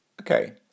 Okay